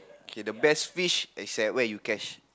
okay the best fish is at where you catch